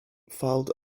filed